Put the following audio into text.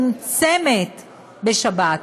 ציבורית מצומצמת בשבת.